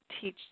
teach